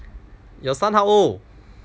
your son how old